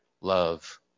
Love